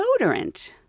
deodorant